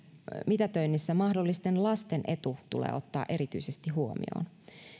mitätöinnissä mahdollisten lasten etu tulee ottaa erityisesti huomioon